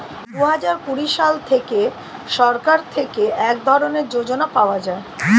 দুহাজার কুড়ি সাল থেকে সরকার থেকে এক ধরনের যোজনা পাওয়া যায়